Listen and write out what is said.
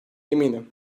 eminim